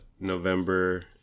November